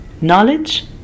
Knowledge